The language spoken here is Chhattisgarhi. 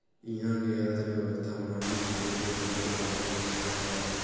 इहा के अर्थबेवस्था म किसानी के बिकट बड़का महत्ता हवय